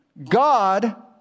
God